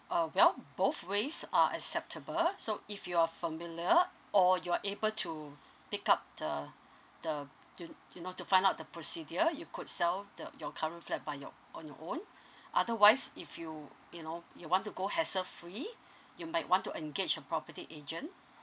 uh well both ways are acceptable so if you're familiar or you're able to pick up the the y~ you know to find out the procedure you could sell the your current by your on your own otherwise if you you know you want to go hassle free you might engage a property agent